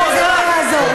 וזה לא יעזור לך.